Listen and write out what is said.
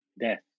death